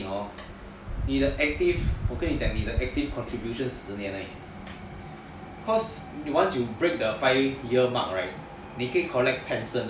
你的 active contribution 十年而已 cause once you break the five year mark right 你可以 collect pension liao